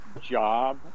job